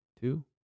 two